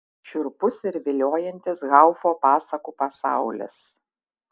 šiurpus ir viliojantis haufo pasakų pasaulis